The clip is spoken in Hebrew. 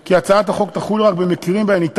כי הצעת החוק תחול רק במקרים שבהם אפשר